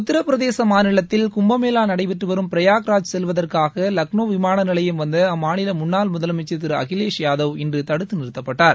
உத்தரப் பிரதேச மாநிலத்தில் கும்பமேளா நடைபெற்று வரும் பிரயாக்ராஜ் செல்வதற்காக லக்னோ விமான நிலையம் வந்த அம்மாநில முன்னாள் முதலமைச்சர் திரு அகிலேஷ் யாதவ் இன்று தடுத்து நிறுத்தப்பட்டார்